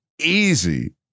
Easy